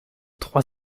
trois